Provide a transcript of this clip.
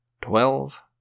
Twelve